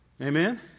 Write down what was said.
amen